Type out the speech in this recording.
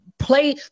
play